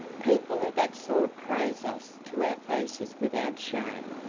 people of that sort praise us to our faces without shame,